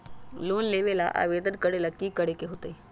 Loan लेबे ला आवेदन करे ला कि करे के होतइ?